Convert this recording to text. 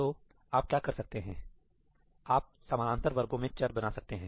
तो आप क्या कर सकते हैं आप समानांतर वर्गों में चर बना सकते हैं